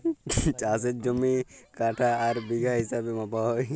চাষের জমি কাঠা আর বিঘা হিছাবে মাপা হ্যয়